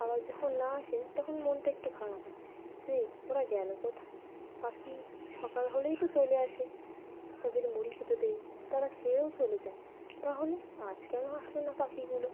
আবার যখন না আসে তখন মনটা একটু খারাপ হয় যে ওরা গেল কোথায় পাখি সকাল হলেই তো চলে আসে তাদের মুড়ি খেতে দেই তারা খেয়েও চলে যায় তাহলে আজ কেন আসলো না পাখিগুলো